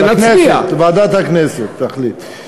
הוויכוח הזה לא על, בכנסת, ועדת הכנסת תחליט.